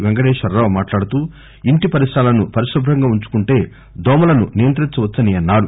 వెంకటేశ్వరావు మాట్లాడుతూ ఇంటి పరిసరాలను పరిశుభంగా ఉంచుకుంటే దోమలను నియంత్రించవచ్చునని అన్నారు